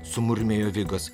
sumurmėjo vigas